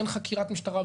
אין חקירת משטרה.